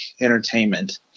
entertainment